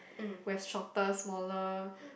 where shortest smaller